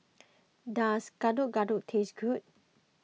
does Gado Gado taste good